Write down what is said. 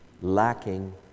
lacking